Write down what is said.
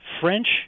French